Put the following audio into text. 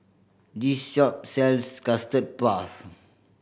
this shop sells Custard Puff